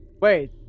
Wait